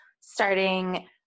starting